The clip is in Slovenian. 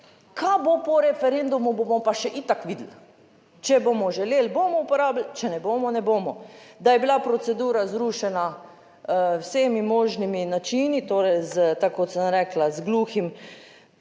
kaj bo po referendumu bomo pa še itak videli, če bomo želeli bomo uporabili, če ne bomo ne bomo. Da je bila procedura zrušena z vsemi možnimi načini, torej s tako kot sem rekla, z gluhim, nemim